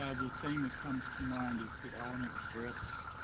ah the thing that comes to mind is the element of risk.